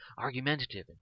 argumentative